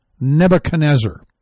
Nebuchadnezzar